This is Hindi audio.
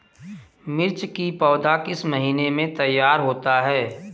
मिर्च की पौधा किस महीने में तैयार होता है?